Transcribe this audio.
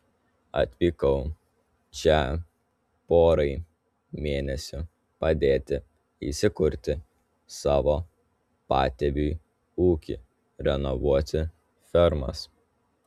atvykau čia porai mėnesių padėti įsikurti savo patėviui ūkį renovuoti fermas